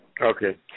Okay